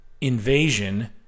invasion